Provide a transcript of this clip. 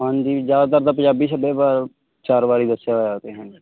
ਹਾਂਜੀ ਜਿਆਦਾਤਰ ਤਾਂ ਪੰਜਾਬੀ ਸੱਭਿਆਬਾ ਚਾਰ ਬਾਰੇ ਦੱਸਿਆ ਹੋਇਆ ਤੇ ਹਾਜੀ